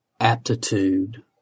aptitude